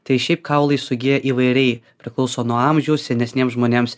tai šiaip kaulai sugyja įvairiai priklauso nuo amžiaus senesniem žmonėms